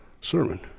sermon